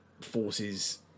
forces